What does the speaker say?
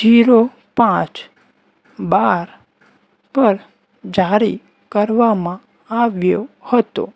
zero પાંચ બાર પર જારી કરવામાં આવ્યો હતો